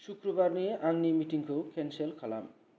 सुक्रुबारनि आंनि मिटिंखौ केनसेल खालाम